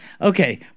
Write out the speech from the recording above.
Okay